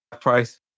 Price